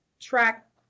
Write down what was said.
track